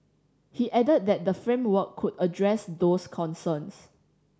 he added that the framework could address those concerns